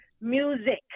music